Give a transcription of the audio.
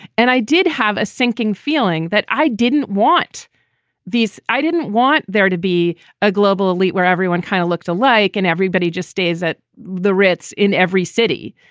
and i did have a sinking feeling that i didn't want these. i didn't want there to be a global elite where everyone kind of looked alike and everybody just stays at the ritz in every city,